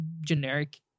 generic